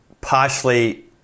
partially